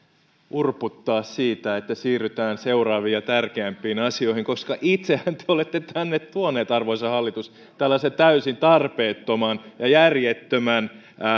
urputtaa siitä että siirrytään seuraaviin ja tärkeämpiin asioihin koska itsehän te olette tänne tuoneet arvoisa hallitus tällaisen täysin tarpeettoman ja järjettömän